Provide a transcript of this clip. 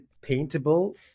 paintable